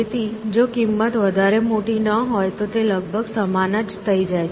તેથી જો કિંમત વધારે મોટી ન હોય તો તે લગભગ સમાન જ થઈ જાય છે